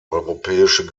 europäische